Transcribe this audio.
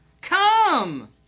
Come